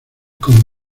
con